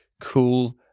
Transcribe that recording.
cool